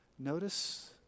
Notice